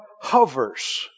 hovers